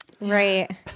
Right